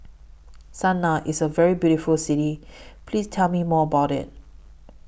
Sanaa IS A very beautiful City Please Tell Me More about IT